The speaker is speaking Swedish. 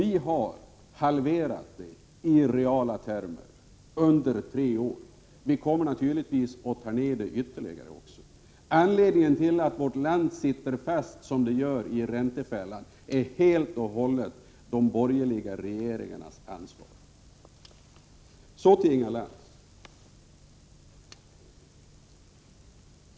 Vi har på tre år i reala termer halverat det och kommer naturligtvis att minska det ytterligare. Ansvaret för att vårt land sitter fast i räntefällan på det sätt som det gör är helt och hållet de borgerliga regeringarnas. Så till Inga Lantz.